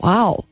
Wow